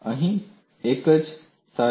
અને તે જ અહીં સારાંશ છે